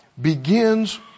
begins